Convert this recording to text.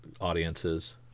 audiences